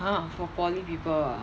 !huh! for poly people ah